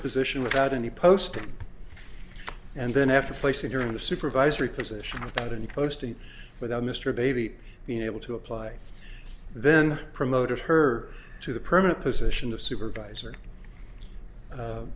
position without any posting and then after placing her in a supervisory position without any posting without mr baby being able to apply then promoted her to the permanent position of supervisor